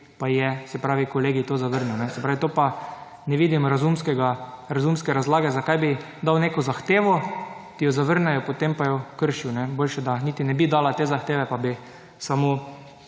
pa je Kolegij to zavrnil. Se pravi, to pa ne vidim razumske razlage zakaj bi dal neko zahtevo, ki jo zavrnejo, potem pa jo kršijo. Boljše, da niti ne bi dala te zahteve, pa bi samo